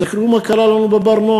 תסתכלו מה קרה לנו ב"בר-נוער";